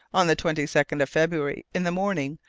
on the twenty second of february, in the morning,